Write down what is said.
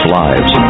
lives